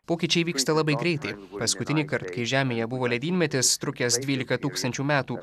pokyčiai vyksta labai greitai paskutinį kart kai žemėje buvo ledynmetis trukęs dvylika tūkstančių metų